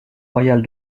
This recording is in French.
royal